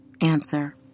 Answer